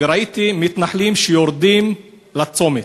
וראיתי מתנחלים שיורדים לצומת.